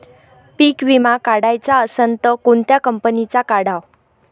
पीक विमा काढाचा असन त कोनत्या कंपनीचा काढाव?